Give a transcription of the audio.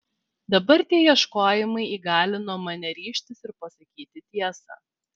dabar tie ieškojimai įgalino mane ryžtis ir pasakyti tiesą